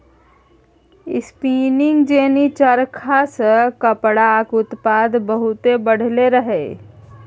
spinning jenny चरखा सँ कपड़ाक उत्पादन बहुत बढ़लै रहय